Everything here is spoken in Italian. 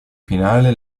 finale